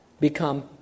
become